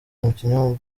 umukinnyi